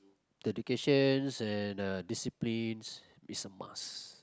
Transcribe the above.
the educations and uh disciplines is a must